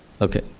Okay